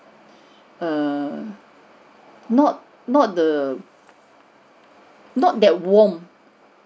err not not the not that warm